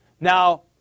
Now